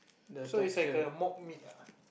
so is like a mock meat ah